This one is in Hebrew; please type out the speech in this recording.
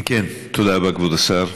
אם כן, תודה רבה כבוד השר.